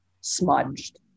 smudged